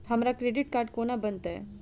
हमरा credit card कोना बनतै?